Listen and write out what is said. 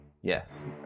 Yes